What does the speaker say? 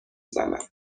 زنم